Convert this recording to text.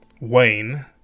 Wayne